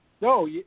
No